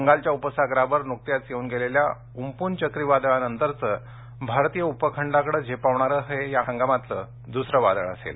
बंगालच्या उपसागरावर नुकत्याच येऊन गेलेल्या उमपून चक्रीवादळानंतरचं भारतीय उपखंडाकडे झेपावणारं हे या हंगामातलं दुसरं बादळ असेल